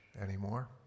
anymore